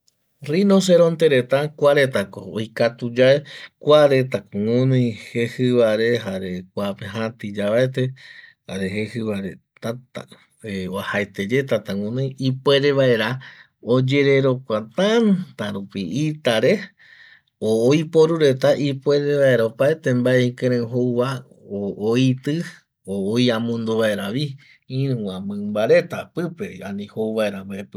Rinoceronte reta kua reta ko oikatuye kua reta ko guinoi jejivare jare kuape jati yavaete jare jejivare uajaete ye tata guinoi ipuere vaera oyererokua tata rupi itare o oiporureta ipuere vaera opaete vae ikirei jouva oiti o oiamondo mbaera vi iruva mimba reta pipe ani jouvaera vi vae pipe oyapo